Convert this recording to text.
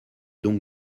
donc